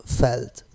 felt